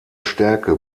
stärke